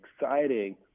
exciting